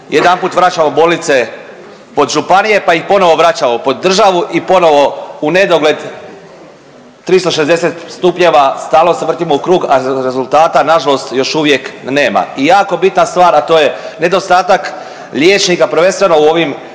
jedanput vraćamo bolnice pod županije, pa ih ponovno vraćamo pod državu i ponovo u nedogled 360 stupnjeva stalno se vrtimo u krug, a rezultata na žalost još uvijek nema. I jako bitna stvar, a to je nedostatak liječnika prvenstveno u ovim